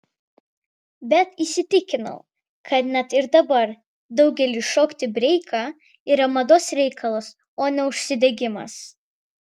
bet įsitikinau kad net ir dabar daugeliui šokti breiką yra mados reikalas o ne užsidegimas